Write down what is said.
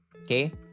Okay